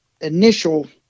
initial